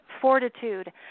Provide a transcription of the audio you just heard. fortitude